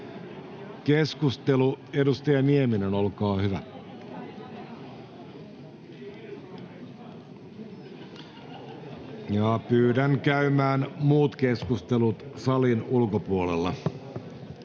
Keskustelu, edustaja Nieminen, olkaa hyvä. Pyydän käymään muut keskustelut salin ulkopuolella.